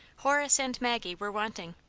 horace and maggie were wanting.